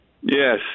Yes